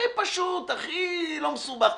הכי פשוט, הכי לא מסובך.